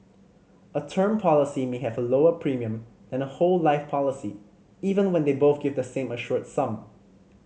a term policy may have a lower premium than a whole life policy even when they both give the same assured sum